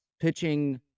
pitching